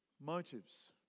Motives